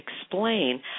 explain